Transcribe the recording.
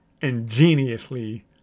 ingeniously